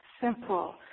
simple